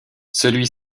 celui